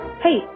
Hey